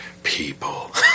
People